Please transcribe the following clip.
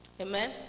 Amen